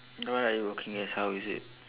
what are you working as how is it